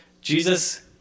Jesus